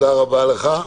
תודה רבה לך.